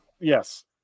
yes